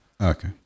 Okay